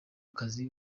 kazi